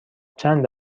چند